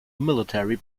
military